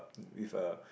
with a